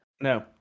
No